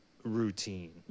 Routine